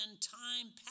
time